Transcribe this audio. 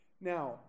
Now